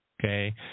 Okay